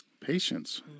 Patience